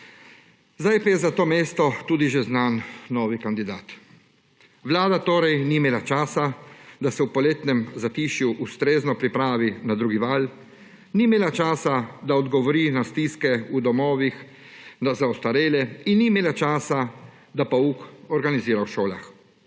Zdaj pa je za to mesto tudi že znan novi kandidat. Vlada torej ni imela časa, da se v poletnem zatišju ustrezno pripravi na drugi val, ni imela časa, da odgovori na stiske v domovih za ostarele in ni imela časa, da pouk organizira v šolah.